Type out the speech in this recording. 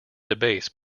debates